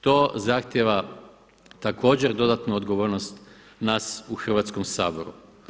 To zahtjeva također dodatnu odgovornost nas u Hrvatskom Saboru.